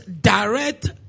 direct